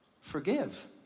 Forgive